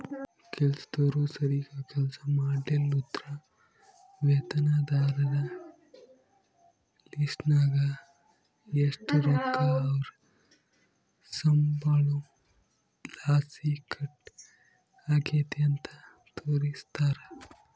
ಕೆಲಸ್ದೋರು ಸರೀಗ್ ಕೆಲ್ಸ ಮಾಡ್ಲಿಲ್ಲುದ್ರ ವೇತನದಾರರ ಲಿಸ್ಟ್ನಾಗ ಎಷು ರೊಕ್ಕ ಅವ್ರ್ ಸಂಬಳುದ್ಲಾಸಿ ಕಟ್ ಆಗೆತೆ ಅಂತ ತೋರಿಸ್ತಾರ